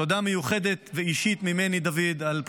תודה מיוחדת ואישית ממני, דוד, על פועלך.